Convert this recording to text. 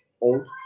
old